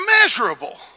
immeasurable